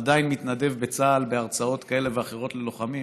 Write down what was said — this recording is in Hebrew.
עדיין מתנדב בצה"ל בהרצאות כאלה ואחרות ללוחמים,